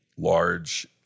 large